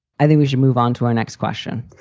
i think we should move on to our next question,